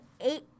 eight